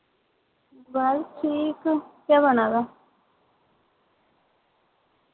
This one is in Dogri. बस ठीक केह् बना दा